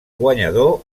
guanyador